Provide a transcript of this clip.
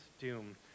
doom